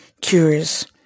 cures